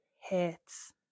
hits